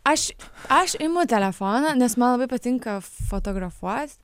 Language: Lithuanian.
aš aš imu telefoną nes man labai patinka fotografuot